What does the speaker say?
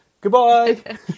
Goodbye